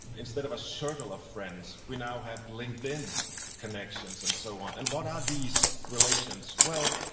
instead of a circle of friends, we now have linkedin connection and so on and what are these relations? well,